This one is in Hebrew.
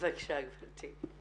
בבקשה גברתי.